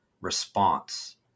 response